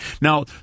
Now